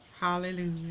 Hallelujah